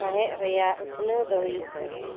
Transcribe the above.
ᱥᱟᱶᱦᱮᱫ ᱨᱮᱱᱟᱜ ᱩᱛᱷᱱᱟᱹᱣ ᱫᱚ ᱦᱩᱭᱩᱜ ᱠᱟᱱᱟ